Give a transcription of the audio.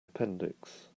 appendix